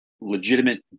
legitimate